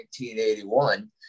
1981